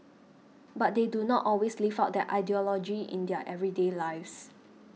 but they do not always live out that ideology in their everyday lives